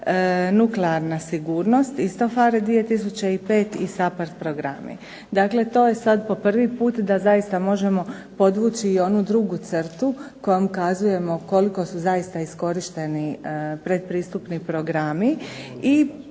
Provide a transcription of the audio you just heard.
nuklearna sigurnost isto PHARE 2005 i SAPHARD programi. Dakle, to je sada po prvi puta kojom možemo podvući drugu crtu kojom kazujemo koliko su zaista iskorišteni pretpristupni programi i